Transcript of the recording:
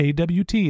AWT